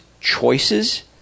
choices